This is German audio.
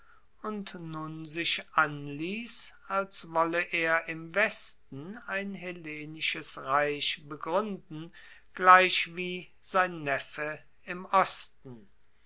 und nun sich anliess als wolle er im westen ein hellenisches reich begruenden gleichwie sein neffe im osten